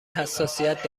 حساسیت